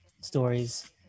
stories